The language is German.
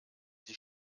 sie